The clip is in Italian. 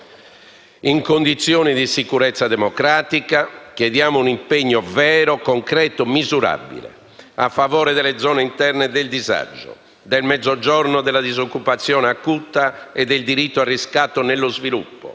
in condizione di sicurezza democratica, chiediamo un impegno vero, concreto e misurabile a favore delle zone interne e del disagio, del Mezzogiorno, della disoccupazione acuta e del diritto al riscatto nello sviluppo.